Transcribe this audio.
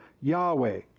Yahweh